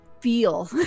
feel